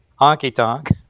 honky-tonk